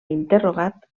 interrogat